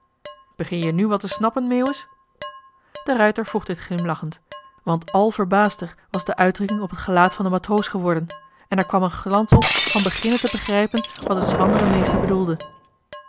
begin je nu wat te snappen meeuwis de ruijter vroeg dit glimlachend want al verbaasder was de uitdrukking op het gelaat van den matroos geworden en er kwam een glans op van beginnen te begrijpen wat de schrandere meester bedoelde